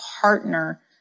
partner